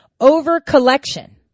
Over-collection